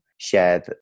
Share